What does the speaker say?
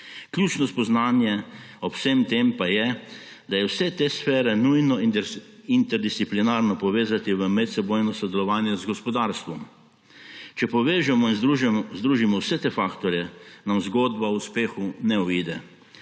Ključno spoznanje ob vsem tem pa je, da je vse te sfere nujno interdisciplinarno povezati v medsebojno sodelovanje z gospodarstvom. Če povežemo in združimo vse te faktorje, nam zgodba o uspehu ne uide.